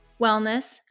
wellness